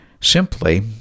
simply